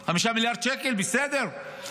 בסדר,